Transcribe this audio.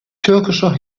türkischer